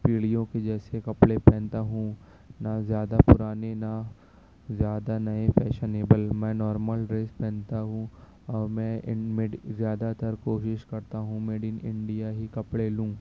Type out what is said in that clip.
پیڑھیوں کے جیسے کپڑے پہنتا ہوں نہ زیادہ پرانے نہ زیادہ نئے فیشن ایبل میں نارمل ڈریس پہنتا ہوں اور میں زیادہ تر کوشش کرتا ہوں میڈ ان انڈیا ہی کپڑے لوں